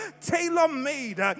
tailor-made